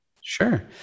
sure